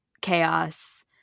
Chaos